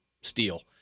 steel